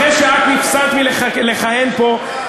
אחרי שאת נפסלת מלכהן פה,